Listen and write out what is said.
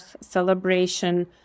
celebration